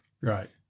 Right